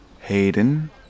Hayden